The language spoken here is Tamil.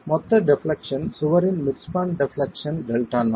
மொத்த டெப்லெக்சன் சுவரின் mid span deflection delta not